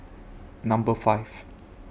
Number five